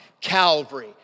Calvary